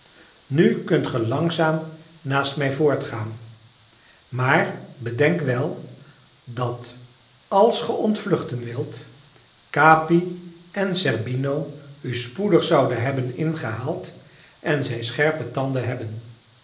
nu kunt ge langzaam naast mij voortgaan maar bedenk wel dat als ge ontvluchten wilt capi en zerbino u spoedig zouden hebben ingehaald en zij scherpe tanden hebben